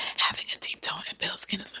having a deep tone and pale skin is a,